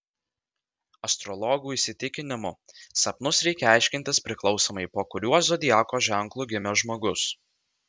astrologų įsitikinimu sapnus reikia aiškintis priklausomai po kuriuo zodiako ženklu gimęs žmogus